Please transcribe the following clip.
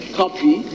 copy